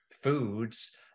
foods